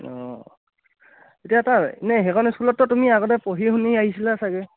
অঁ এতিয়া তাৰ এনেই সেইখন স্কুলততো তুমি আগতে পঢ়ি শুনি আহিছিলা চাগে